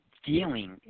feeling